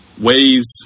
ways